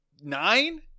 nine